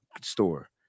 store